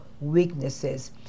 weaknesses